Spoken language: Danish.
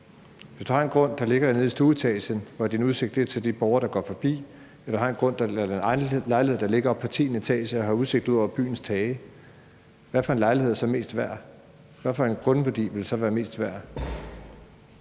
Hvis du har en lejlighed, der ligger nede i stueetagen, og din udsigt er til de borgere, der går forbi, og du har en lejlighed, der ligger oppe på tiende etage og har udsigt ud over byens tage, hvad for en lejlighed er så mest værd, og hvilken grundværdi vil så være mest værd?